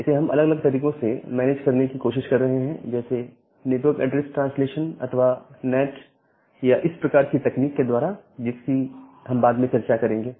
इसे हम अलग अलग तरीकों से मैनेज करने की कोशिश कर रहे हैं जैसे नेटवर्क ऐड्रेस ट्रांसलेशन अर्थात नैट या इस प्रकार की तकनीक के द्वारा जिसकी हम बाद में चर्चा करेंगे